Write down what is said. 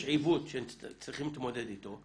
יש עיוות שצריכים להתמודד איתו,